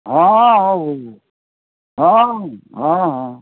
ହଁ ହଁ ହଁ ହଉ ହଉ ହଁ ହଁ